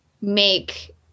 make